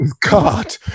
God